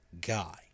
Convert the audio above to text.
guy